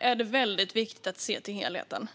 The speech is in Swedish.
är väldigt viktigt att se till helheten.